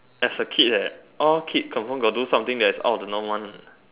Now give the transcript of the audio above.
as a kid leh all kid confirm got do something that's out of the norm one